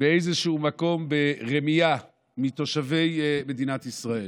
באיזשהו מקום, ברמייה מתושבי מדינת ישראל.